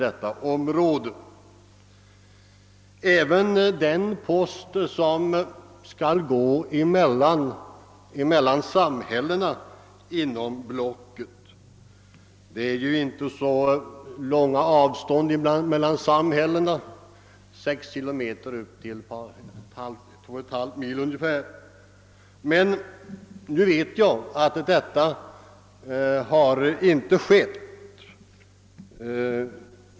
Detta gäller även den post som skall gå mellan samhällena inom blocket, trots att det inte är så stora avstånd mellan dessa — det kan röra sig om mellan 6 och 25 kilometer.